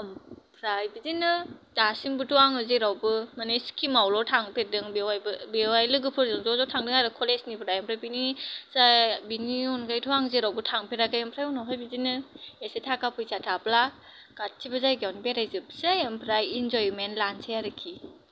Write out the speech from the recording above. ओमफ्राय बिदिनो दासिमबोथ' आङो जेरावबो मानि सिकिमावल' थांफेरदों बेवहायबो बेवहाय लोगोफोरजों ज' ज' थांदों आरो कलेजनिफ्राय ओमफ्राय बिनि जा बिनि अनगायैथ' आं जेरावबो थांफेराखै ओमफ्राय उनावहाय बिदिनो एसे थाखा फैसा थाब्ला गासिबो जायगायावनो बेराय जोबसै ओमफ्राय इनजयमेन्त लानसै आरोखि